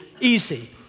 easy